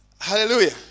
Hallelujah